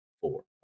four